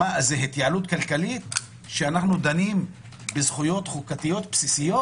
זה התייעלות כלכלית שאנחנו דנים בזכויות חוקתיות בסיסיות?